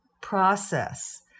process